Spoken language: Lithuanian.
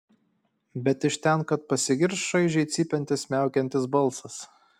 bet iš ten kad pasigirs šaižiai cypiantis miaukiantis balsas